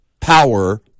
power